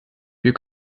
wir